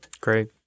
Great